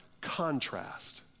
contrast